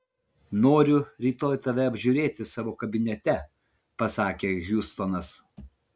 noriu rytoj tave apžiūrėti savo kabinete pasakė hjustonas